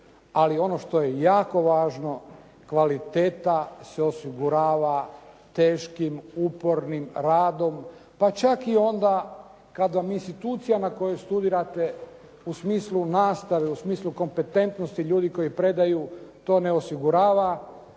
Ali ono što je jako važno, kvaliteta se osigurava teškim, upornim radom, pa čak i onda kada vam institucija na kojoj studirate u smislu nastave, u smislu kompetentnosti ljudi koji predaju to ne osigurava,